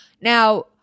Now